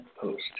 post